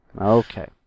Okay